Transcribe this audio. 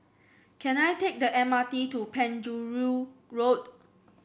can I take the M R T to Penjuru Road